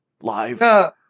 live